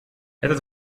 этот